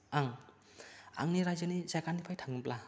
आं आंनि राइजोनि जायगानिफ्राय थांब्ला